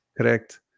Correct